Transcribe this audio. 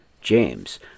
James